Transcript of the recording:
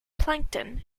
plankton